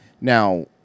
Now